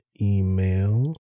email